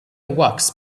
wax